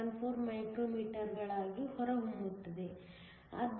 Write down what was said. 174 ಮೈಕ್ರೋಮೀಟರ್ಗಳಾಗಿ ಹೊರಹೊಮ್ಮುತ್ತದೆ